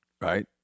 Right